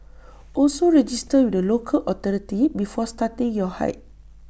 also register with the local authority before starting your hike